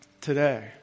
today